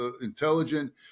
intelligent